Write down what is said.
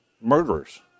murderers